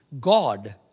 God